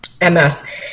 MS